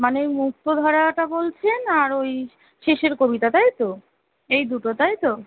মানে মুক্তধারাটা বলছেন আর ওই শেষের কবিটা তাই তো এই দুটো তাই তো